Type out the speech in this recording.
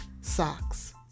socks